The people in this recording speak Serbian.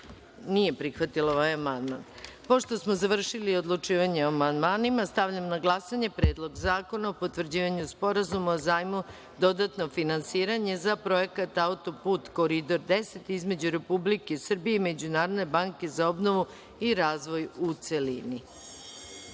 nije prihvatila amandman. Pošto smo završili sa odlučivanjem o amandmanima. Stavljam na glasanje Predlog zakona o potvrđivanju sporazuma o zajmu (Dodatno finansiranje projekt autoput Koridor 10) između Republike Srbije i Međunarodne banke za obnovu i razvoj, u